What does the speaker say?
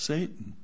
Satan